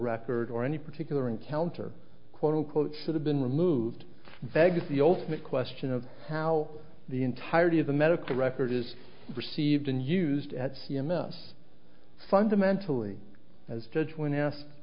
record or any particular encounter quote unquote should have been removed begs the ultimate question of how the entirety of the medical record is received and used at c m s fundamentally as judge when asked